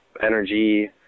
energy